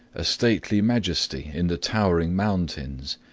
a stately majesty in the towering mountains,